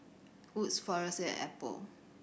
Wood's Frisolac and Apple